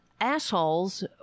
assholes